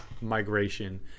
migration